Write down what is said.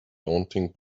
daunting